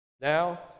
Now